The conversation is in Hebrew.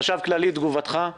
חשב כללי, תגובתך.